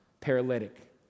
paralytic